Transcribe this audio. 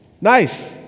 Nice